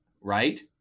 right